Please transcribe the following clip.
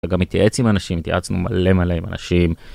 גם התייעץ עם אנשים התייעצנו מלא מלא עם אנשים.